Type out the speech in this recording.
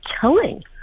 killing